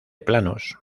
planos